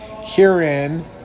Herein